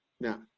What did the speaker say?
Now